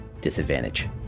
Disadvantage